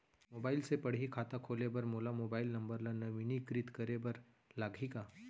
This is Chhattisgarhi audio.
मोबाइल से पड़ही खाता खोले बर मोला मोबाइल नंबर ल नवीनीकृत करे बर लागही का?